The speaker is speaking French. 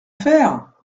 faire